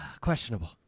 Questionable